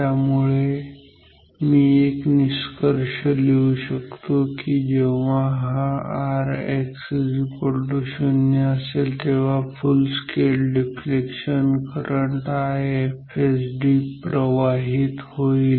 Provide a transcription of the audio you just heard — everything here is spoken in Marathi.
त्यामुळे मी एक निष्कर्ष लिहू शकतो की जेव्हा हा Rx0 असेल तेव्हा full scale deflection current IFSD प्रवाहित होईल